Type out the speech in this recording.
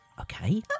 Okay